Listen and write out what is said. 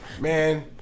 Man